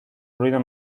ruido